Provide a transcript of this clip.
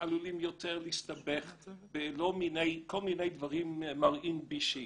עלולים יותר להסתבך בכל מיני דברים מרעין בישין,